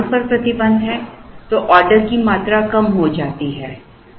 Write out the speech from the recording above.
यदि स्थान पर प्रतिबंध है तो ऑर्डर की मात्रा कम हो जाती है